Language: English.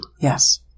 Yes